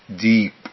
deep